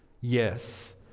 Yes